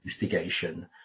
investigation